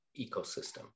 ecosystem